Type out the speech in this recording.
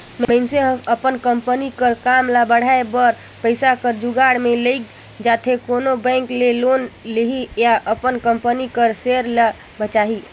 मइनसे हर अपन कंपनी कर काम ल बढ़ाए बर पइसा कर जुगाड़ में लइग जाथे कोनो बेंक ले लोन लिही या अपन कंपनी कर सेयर ल बेंचही